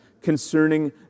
concerning